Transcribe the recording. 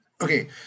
Okay